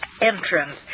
entrance